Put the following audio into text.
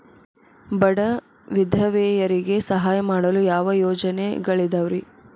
ಬಡ ವಿಧವೆಯರಿಗೆ ಸಹಾಯ ಮಾಡಲು ಯಾವ ಯೋಜನೆಗಳಿದಾವ್ರಿ?